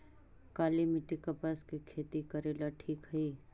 काली मिट्टी, कपास के खेती करेला ठिक हइ?